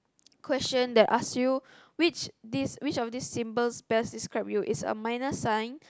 question that ask you which this which of these symbols best describe you it's a minus sign